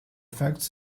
facts